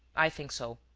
i think so.